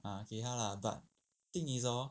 ah 给她 lah but thing is hor